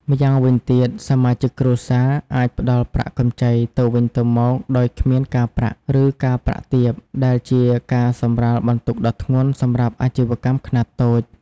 ម្យ៉ាងទៀត សមាជិកគ្រួសារអាចផ្តល់ប្រាក់កម្ចីទៅវិញទៅមកដោយគ្មានការប្រាក់ ឬការប្រាក់ទាប ដែលជាការសម្រាលបន្ទុកដ៏ធ្ងន់សម្រាប់អាជីវកម្មខ្នាតតូច។